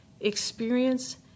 experience